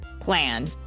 plan